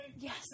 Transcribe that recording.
Yes